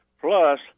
plus